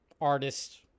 artist